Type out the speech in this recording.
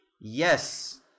Yes